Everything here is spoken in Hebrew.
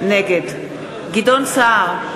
נגד גדעון סער,